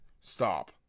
Stop